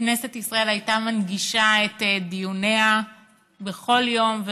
שכנסת ישראל הייתה מנגישה את דיוניה בכל יום,